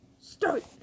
start